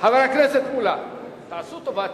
תעשו טובה,